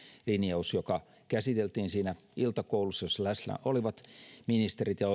linjaus joka käsiteltiin siinä iltakoulussa jossa läsnä olivat ministerit ja